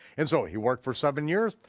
and so he worked for seven years,